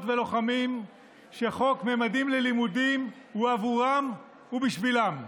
ולוחמים שחוק ממדים ללימודים הוא עבורם ובשבילם.